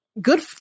Good